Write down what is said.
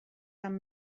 some